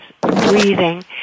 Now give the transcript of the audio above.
breathing